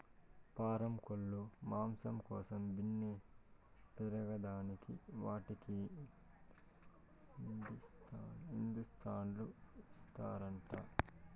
పారం కోల్లు మాంసం కోసం బిన్నే పెరగేదానికి వాటికి ఇండీసన్లు ఇస్తారంట